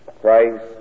Christ